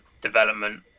development